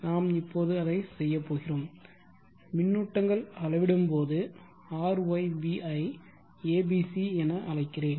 நாம் இப்போது அதை செய்யப்போகிறோம் மின்னூட்டங்கள் அளவிடும்போது RYB ஐ ABC என அழைக்கிறேன்